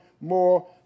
more